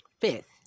fifth